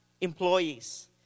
employees